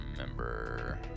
remember